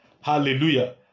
Hallelujah